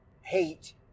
hate